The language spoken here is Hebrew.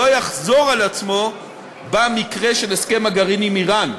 לא יחזור על עצמו במקרה של הסכם הגרעין עם איראן.